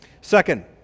Second